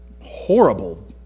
horrible